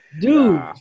Dude